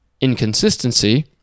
inconsistency